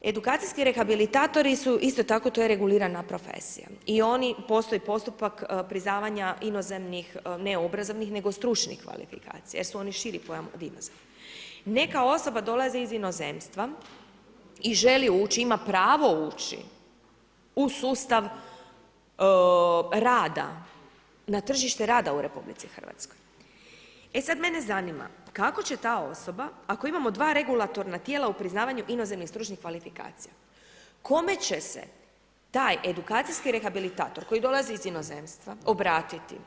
Edukacijski rehabilitatori su isto tako, to je regulirana profesija, i oni, postoji postupak priznavanja inozemnih, ne obrazovnih nego stručnih kvalifikacija, jer su oni širi pojam od inozemnih, neka osoba dolazi iz inozemstva i želi ući, ima pravo ući u sustav rada, na tržište rada u Republici Hrvatskoj, e sad mene zanima, kako će ta osoba ako imamo 2 regulatorna tijela u priznavanju inozemnih stručnih kvalifikacija, kome će se taj edukacijski rehabilitator koji dolazi iz inozemstva obratiti?